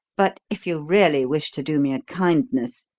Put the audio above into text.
but if you really wish to do me a kindness